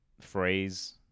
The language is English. phrase